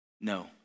No